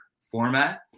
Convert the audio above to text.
format